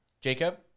Jacob